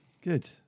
good